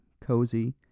cozy